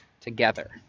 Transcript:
together